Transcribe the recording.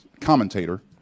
commentator